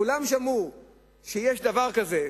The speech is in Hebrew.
כולם שמעו שיש דבר כזה,